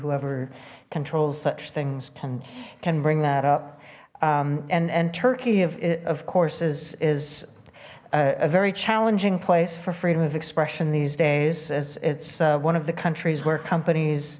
whoever controls such things can can bring that up and and turkey of course is is a very challenging place for freedom of expression these days as it's one of the countries where companies